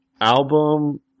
album